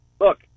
look